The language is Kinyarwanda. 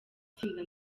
itsinda